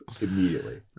immediately